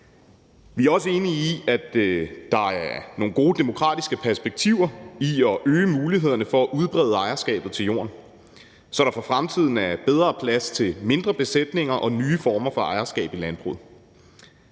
Vi er også enige i, at der er nogle gode demokratiske perspektiver i at øge mulighederne for at udbrede ejerskabet til jorden, så der for fremtiden er bedre plads til mindre besætninger og nye former for ejerskab i landbruget.